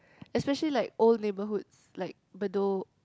especially like old neighbourhoods like Bedok